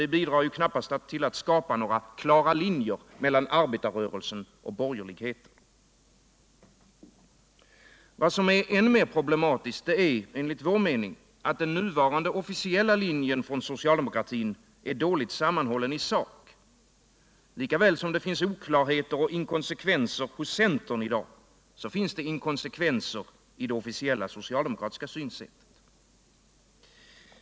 Det bidrar inte till att skapa några klara linjer mellan arbetarrörelsen och borgerligheten! Men vad som är än mer problematiskt är enligt vår mening att socialdemokratins nuvarande officiella linje är dåligt sammanhållen I sak. Cika väl som det finns oklarheter och inkonsekvenser hos centern i dag, lika väl finns det inkonsekvenser i det officiella socialdemokratiska synsättet.